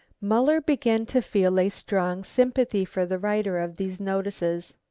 muller began to feel a strong sympathy for the writer of these notices.